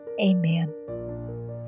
Amen